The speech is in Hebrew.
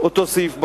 אותו סעיף בחוק.